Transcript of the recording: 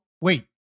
wait